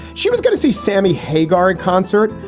she was going to see sammy hagar in concert,